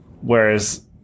Whereas